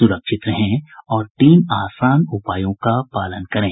सुरक्षित रहें और इन तीन आसान उपायों का पालन करें